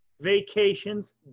vacations